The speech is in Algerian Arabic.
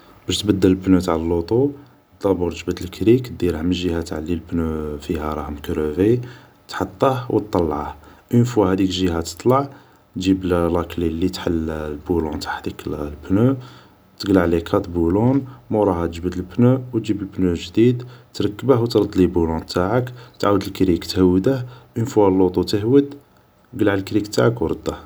باش تبدل لبنو تاع اللوطو دابور جبد لكريك ديره من جهة تاع لي لبنو فيها راه مكروفي تحطه و طلعه أون فوا هاديك الجهة تطلع جيب لاكلي لي تحل البولون تاع هاديك لبنو تڨلع لي كات بولون موراها تجبد لبنو و جيب لبنو الجديد تركبه و ترد لي بولون تاعك تعاود لكريك تهوده أون فوا لوطو تهود ڨلع الكريك تاعك و رده